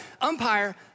Umpire